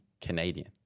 Canadian